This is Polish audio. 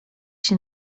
się